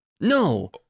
No